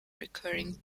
recurring